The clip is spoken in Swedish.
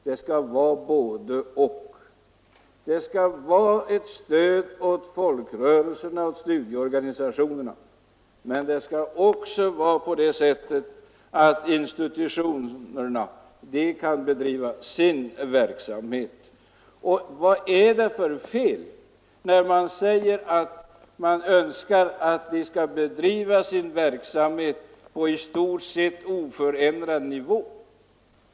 Det skall vara både—och: det skall vara ett stöd åt folkrörelserna och studieorganisationerna, men institutionerna skall också kunna bedriva sin verksamhet. Och vad är det för fel när man säger att man önskar att verksamheten skall bedrivas på i stort sett oförändrad nivå?